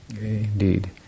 Indeed